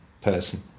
person